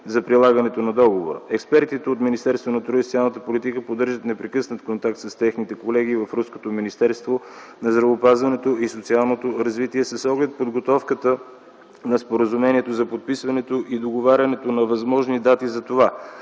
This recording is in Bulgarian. за прилагането на договора. Експертите от Министерството на труда и социалната политика поддържат непрекъснат контакт с техните колеги в руското Министерство на здравеопазването и социалното развитие с оглед подготовката на споразумението за подписването и договарянето на възможни дати за това.